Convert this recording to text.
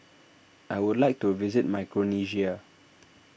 I would like to visit Micronesia